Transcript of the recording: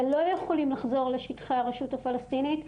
ולא יכולים לחזור לשטחי הרשות הפלשתינית,